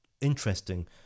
interesting